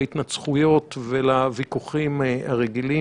להתנצחויות ולוויכוחים הרגילים?